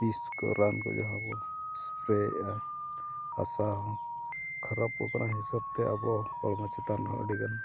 ᱵᱤᱥ ᱠᱚ ᱨᱟᱱ ᱠᱚ ᱡᱟᱦᱟᱸᱵᱚᱱ ᱥᱯᱨᱮᱭᱮᱫᱟ ᱦᱟᱥᱟ ᱦᱚᱸ ᱠᱷᱟᱨᱟᱯᱚᱜ ᱠᱟᱱᱟ ᱦᱤᱥᱟᱹᱵᱛᱮ ᱟᱵᱚ ᱦᱚᱲᱢᱚ ᱪᱮᱛᱟᱱ ᱦᱚᱸ ᱟᱹᱰᱤᱜᱟᱱ